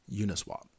Uniswap